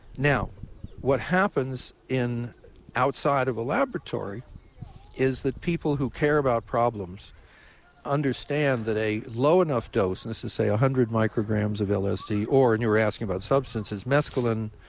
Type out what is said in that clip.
now what happens in outside of a laboratory is that people who care about problems understand that a low enough dose and this is, say, one hundred micrograms of lsd or and you're asking about substances, mescaline